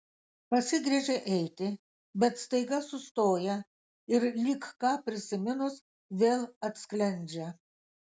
pasigręžia eiti bet staiga sustoja ir lyg ką prisiminus vėl atsklendžia